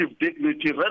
dignity